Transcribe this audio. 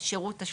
שירות תשלום.